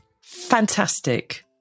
fantastic